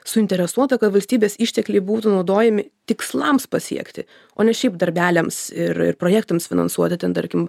suinteresuota kad valstybės ištekliai būtų naudojami tikslams pasiekti o ne šiaip darbeliams ir ir projektams finansuoti ten tarkim